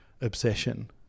obsession